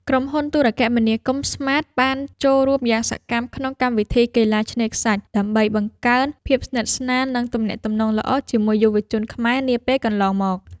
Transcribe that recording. ក្រុមហ៊ុនទូរគមនាគមន៍ស្មាតបានចូលរួមយ៉ាងសកម្មក្នុងកម្មវិធីកីឡាឆ្នេរខ្សាច់ដើម្បីបង្កើនភាពស្និទ្ធស្នាល និង ទំនាក់ទំនងល្អជាមួយយុវជនខ្មែរនាពេលកន្លងមក។